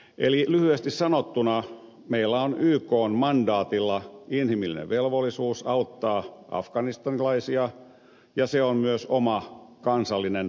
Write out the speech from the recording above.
eli lyhyesti sanottuna meillä on ykn mandaatilla inhimillinen velvollisuus auttaa afganistanilaisia ja se on myös oma kansallinen turvallisuusetumme